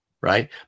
right